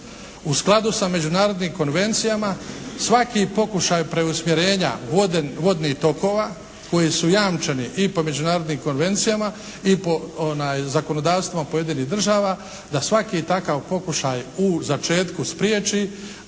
u skladu sa međunarodnim konvencijama svaki pokušaj preusmjerenja vodnih tokova koji su jamčeni i po međunarodnim konvencijama i po zakonodavstvima pojedinih država, da svaki takav pokušaj u začetku spriječi